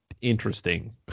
interesting